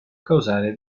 causare